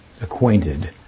acquainted